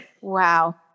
Wow